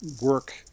work